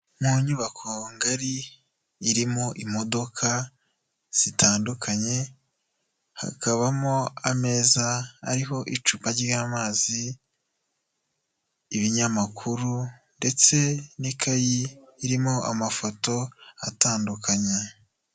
Mu nyubako ngari irimo imodoka zitandukanye, hakabamo ameza ariho icupa ry'amazi, ibinyamakuru ndetse n'ikayi irimo amafoto atandukanye.